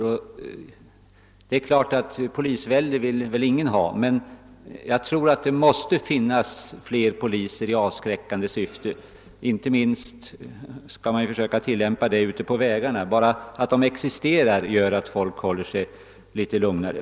Självfallet vill väl ingen av oss ha polisvälde, men jag menar att det måste finnas fler poliser i avskräckande syfte. Inte minst gäller detta ute på våra vägar. Bara det förhållandet att det finns poliser där gör att folk uppträder lugnare i trafiken.